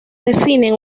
definen